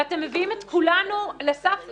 ואתם מביאים את כולנו לסף תהום,